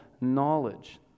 knowledge